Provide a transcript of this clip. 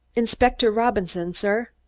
inspector robinson, sir?